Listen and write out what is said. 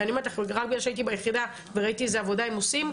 ואני אומרת לך את זה רק בגלל שהייתי ביחידה וראיתי איזו עבודה הם עושים,